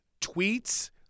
tweets